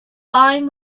fine